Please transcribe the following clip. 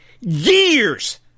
years